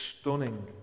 stunning